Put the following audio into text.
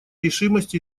решимость